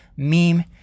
meme